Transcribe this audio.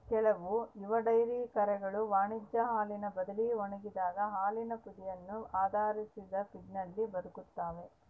ಕೆಲವು ಯುವ ಡೈರಿ ಕರುಗಳು ವಾಣಿಜ್ಯ ಹಾಲಿನ ಬದಲಿ ಒಣಗಿದ ಹಾಲಿನ ಪುಡಿಯನ್ನು ಆಧರಿಸಿದ ಫೀಡ್ನಲ್ಲಿ ಬದುಕ್ತವ